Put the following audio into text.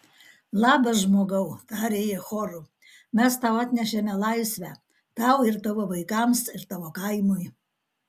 labas žmogau tarė jie choru mes tau atnešėme laisvę tau ir tavo vaikams ir tavo kaimui